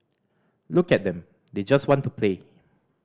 look at them they just want to play